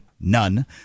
none